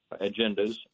agendas